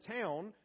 town